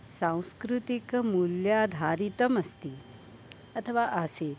सांस्कृतिकमूल्याधारितम् अस्ति अथवा आसीत्